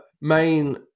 main